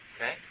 Okay